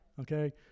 okay